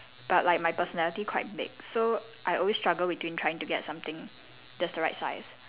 but like my personality quite big so I always struggle between trying to get something that's the right size